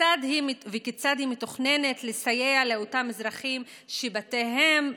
וכיצד היא מתוכננת לסייע לאותם אזרחים שבתיהם,